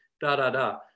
da-da-da